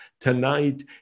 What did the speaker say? tonight